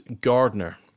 Gardner